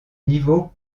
niveau